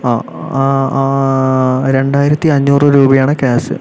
ആ രണ്ടായിരത്തി അഞ്ഞൂറ് രൂപയാണ് ക്യാഷ്